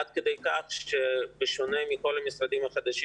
עד כדי כך שבשונה מכל המשרדים החדשים